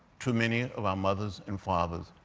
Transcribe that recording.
too many of our mothers and fathers.